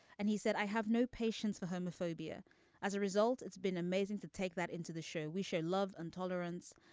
and he said i have no patience for homophobia as a result. it's been amazing to take that into the show. we should love and tolerance.